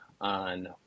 on